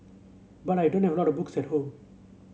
but I don't have a lot of books at home